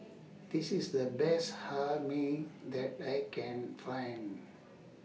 This IS The Best Hae Mee that I Can Find